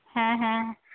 ᱦᱮᱸ ᱦᱮᱸ